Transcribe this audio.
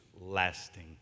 lasting